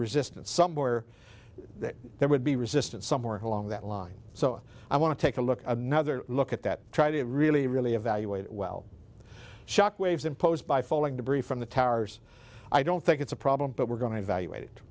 resistance somewhere there would be resistance somewhere along that line so i want to take a look another look at that try to really really evaluate well shock waves imposed by falling debris from the towers i don't think it's a problem but we're going to evaluate